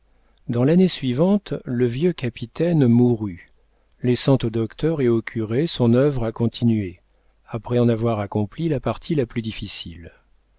dans l'année suivante le vieux capitaine mourut laissant au docteur et au curé son œuvre à continuer après en avoir accompli la partie la plus difficile